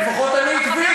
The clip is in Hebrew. לפחות אני עקבי.